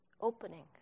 opening